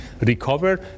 recover